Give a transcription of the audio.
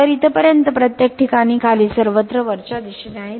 तर इथपर्यंत प्रत्येक ठिकाणी खाली सर्वत्र वरच्या दिशेने आहे